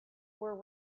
were